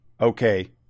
okay